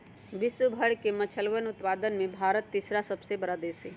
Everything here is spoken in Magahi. विश्व भर के मछलयन उत्पादन में भारत तीसरा सबसे बड़ा देश हई